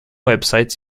websites